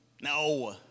No